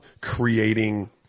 creating